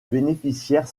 bénéficiaire